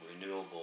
renewable